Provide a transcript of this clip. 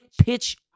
pitch